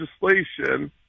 legislation